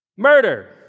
murder